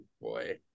boy